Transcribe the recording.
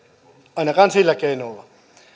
ainakaan sillä keinolla